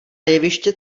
jeviště